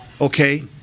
Okay